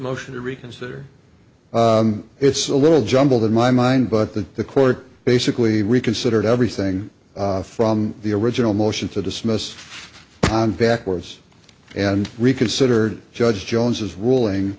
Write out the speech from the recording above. motion to reconsider it's a little jumbled in my mind but the the court basically reconsidered everything from the original motion to dismiss on backwards and reconsider judge jones as ruling